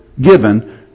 given